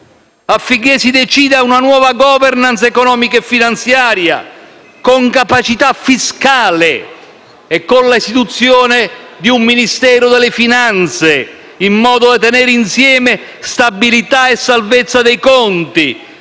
affinché si decida una nuova *governance* economica e finanziaria con capacità fiscale e con l'istituzione di un Ministero delle finanze, in modo da tenere insieme stabilità e salvezza dei conti,